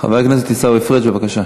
חבר הכנסת עיסאווי פריג', בבקשה.